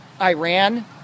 Iran